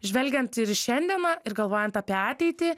žvelgiant ir į šiandieną ir galvojant apie ateitį